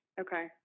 okay